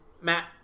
Matt